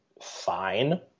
fine